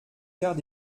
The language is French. quarts